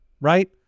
right